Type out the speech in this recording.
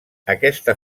aquesta